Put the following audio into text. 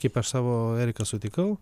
kaip aš savo eriką sutikau